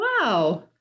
Wow